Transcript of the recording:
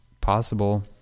possible